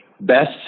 Best